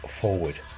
forward